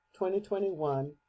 2021